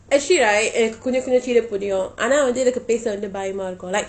actually right எனக்கு கொஞ்சம் சீனம் புரியும்:enakku konjam cheenam puriyum like